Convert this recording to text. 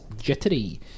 jittery